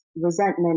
resentment